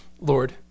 Lord